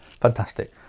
Fantastic